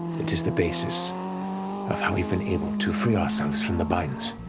it is the basis of how we've been able to free ourselves from the binds